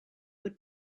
would